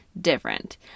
Different